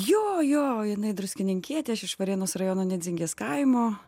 jo jo jinai druskininkietė aš iš varėnos rajono nedzingės kaimo